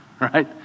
right